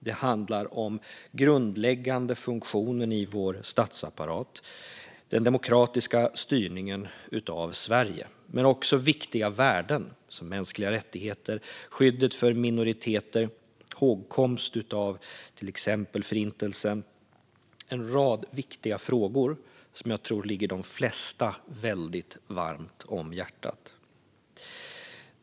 Det handlar om den grundläggande funktionen i vår statsapparat, den demokratiska styrningen av Sverige och viktiga värden som mänskliga rättigheter, skyddet för minoriteter och hågkomst av till exempel Förintelsen - en rad viktiga frågor som jag tror ligger de flesta väldigt varmt om hjärtat.